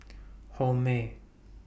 Hormel